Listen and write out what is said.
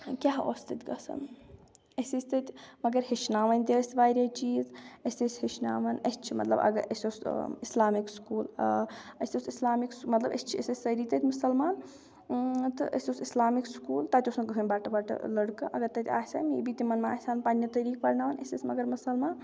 کیاہ اوس تَتہِ گژھان اَسہِ ٲسۍ تَتہِ مگر ہیٚچھناوَان تہِ ٲسۍ واریاہ چیٖز اَسہِ ٲسۍ ہیٚچھناوَان اَسہِ چھِ مطلب اگر اَسہِ اوس اِسلامِک سکوٗل اَسہِ اوس اِسلامِک سُ مطلب أسۍ چھِ أسۍ ٲسۍ سٲری تَتہِ مُسلمان تہٕ اَسہِ اوس اِسلامِک سکوٗل تَتہِ اوس نہٕ کٕہٕنۍ بَٹہٕ وَٹہٕ لٔڑکہٕ اگر تَتہِ آسہِ ہَہ مے بی تِمَن مہ آسہِ ہن پنٛںہِ طریٖقہٕ پَرناوَان أسۍ ٲسۍ مگر مُسلمان